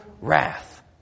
wrath